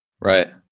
right